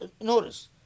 notice